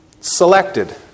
selected